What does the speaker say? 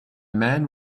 man